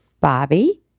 Bobby